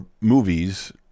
movies